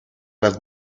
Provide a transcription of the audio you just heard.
las